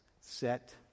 set